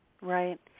Right